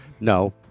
No